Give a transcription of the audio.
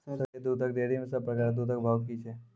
सरकारी दुग्धक डेयरी मे सब प्रकारक दूधक भाव की छै?